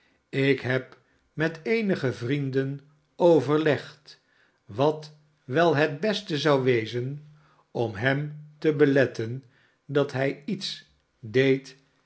ik heb met eenige vrienden overlegd wat wel het beste zou wezen om hem te beletten dat hij iets deed